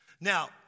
Now